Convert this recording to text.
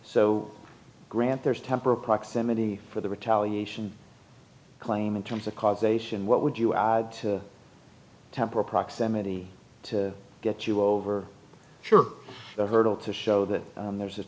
so grant there's tempera proximity for the retaliation claim in terms of causation what would you add to temper proximity to get you over sure the hurdle to show that there's a